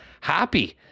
happy